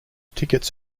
tickets